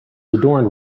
adorned